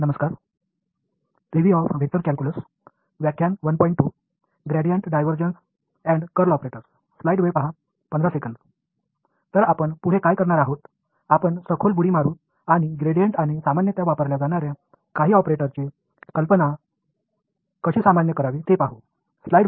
எனவே அடுத்ததாக நாம் எப்படி கிரேடியன்ட் மற்றும் பொதுவாக பயன்படுத்தப்படும் சில ஆபரேட்டர்களின் கருத்தை எவ்வாறு பொதுமைப்படுத்துவது என்பதனை மிகவும் ஆழமாக பார்ப்போம்